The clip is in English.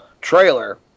trailer